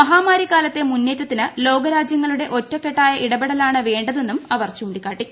മഹാമാരികാലത്തെ മുന്നേറ്റത്തിന് ലോകരാജൃങ്ങളുടെ ഒറ്റക്കെട്ടായ ഇടപെടലാണ വേണ്ടതെന്നും അവർ ചൂണ്ടിക്കാട്ടി